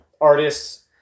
artist's